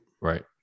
right